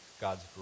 God's